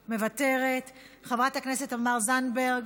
מוותרת, חברת הכנסת תמר זנדברג,